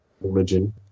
religion